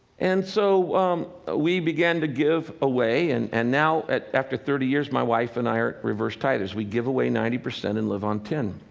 and so ah we began to give away, and and now after thirty years, my wife and i are reverse tithers we give away ninety percent and live on ten.